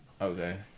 Okay